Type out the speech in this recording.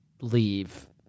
leave